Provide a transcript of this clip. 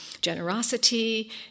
generosity